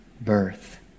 birth